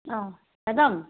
madam